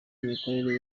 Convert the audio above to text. imikorere